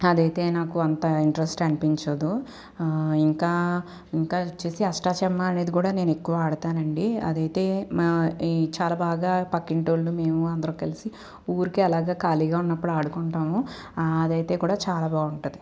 అదైతే నాకు అంత ఇంట్రెస్ట్ అనిపించదు ఇంకా ఇంకా వచ్చేసి అష్టాచెమ్మ అనేది కూడా నేను ఎక్కువ ఆడుతానండి అదైతే మా ఈ చాలా బాగా పక్కింటి వాళ్లు మేము అందరం కలిసి ఊరికే అలాగ ఖాళీగా ఉన్నప్పుడు ఆడుకుంటాము అదైతే కూడా చాలా బాగుంటుంది